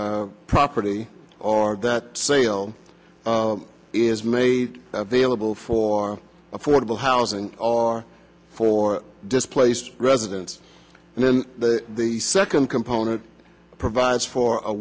that property or that sale is made available for affordable housing or for displaced residents and then the second component provides for a